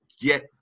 get